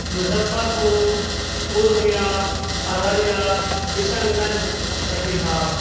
مظفر پور پورنیہ ارریہ کشن گنج کٹیہار